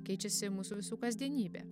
keičiasi mūsų visų kasdienybė